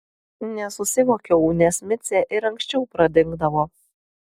nesusivokiau nes micė ir anksčiau pradingdavo